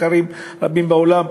מחקרים רבים בעולם,